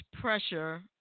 pressure